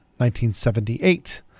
1978